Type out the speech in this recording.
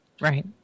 Right